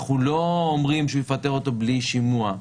אנחנו לא אומרים שהוא יפטר אותו בלי שימוע.